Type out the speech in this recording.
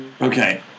Okay